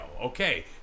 okay